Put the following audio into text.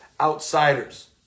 outsiders